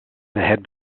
head